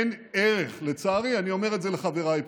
אין ערך, לצערי, אני אומר את זה לחבריי פה,